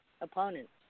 opponents